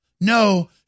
No